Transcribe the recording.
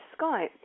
Skype